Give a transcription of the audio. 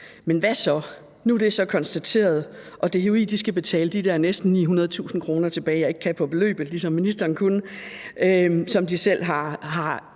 Men hvad så? Nu er det så konstateret, og DHI skal betale de der næsten 900.000 kr. tilbage – jeg kan ikke det nøjagtige beløb, sådan som ministeren kunne – som de selv har oplyst